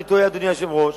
אדוני היושב-ראש,